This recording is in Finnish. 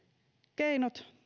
keinot